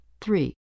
Three